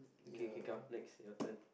okay okay come next your turn